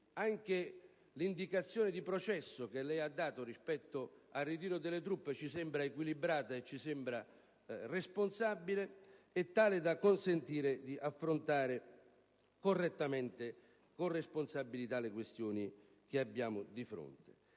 anche l'indicazione di processo che lei ha fornito rispetto al ritiro delle truppe ci sembra equilibrata e responsabile e tale da consentire di affrontare correttamente e con responsabilità le questioni che abbiamo di fronte.